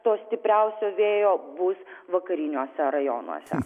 to stipriausio vėjo bus vakariniuose rajonuose